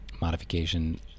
modification